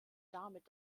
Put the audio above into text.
damit